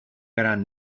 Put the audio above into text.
gran